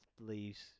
leaves